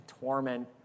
torment